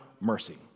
mercy